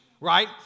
Right